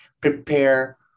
prepare